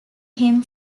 him